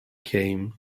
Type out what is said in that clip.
came